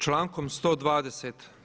Člankom 120.